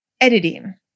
editing